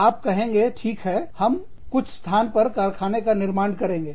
आप कहेंगे ठीक है हम कुछ स्थान पर कारखाने का निर्माण करेंगे